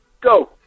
go